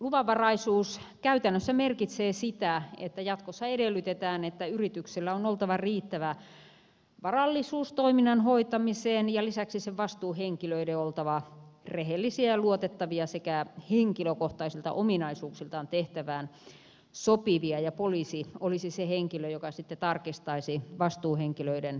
luvanvaraisuus käytännössä merkitsee sitä että jatkossa edellytetään että yrityksellä on oltava riittävä varallisuus toiminnan hoitamiseen ja lisäksi vastuuhenkilöiden on oltava rehellisiä ja luotettavia sekä henkilökohtaisilta ominaisuuksiltaan tehtävään sopivia ja poliisi olisi se henkilö joka sitten tarkistaisi vastuuhenkilöiden nuhteettomuuden